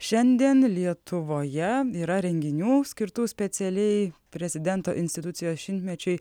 šiandien lietuvoje yra renginių skirtų specialiai prezidento institucijos šimtmečiui